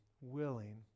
willing